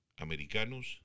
americanos